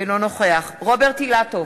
אינו נוכח רוברט אילטוב,